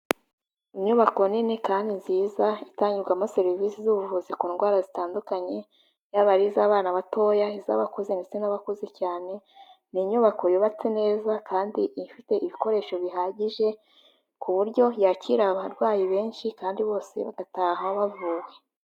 Inyubako nini kandi nziza itangirwamo serivisi z'ubuvuzi ku ndwara zitandukanye, yaba ari iz'abana batoya, iz'abakuze ndetse n'abakuze cyane. Ni inyubako yubatse neza kandi ifite ibikoresho bihagije ku buryo yakira abarwayi benshi kandi bose bagataha bavuwe.